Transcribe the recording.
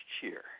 cheer